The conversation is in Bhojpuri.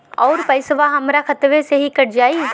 अउर पइसवा हमरा खतवे से ही कट जाई?